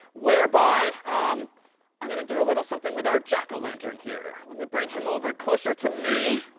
whereby i'm going to do a little something with our jack-o'-lantern here. let me bring him over closer to me.